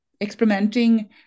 experimenting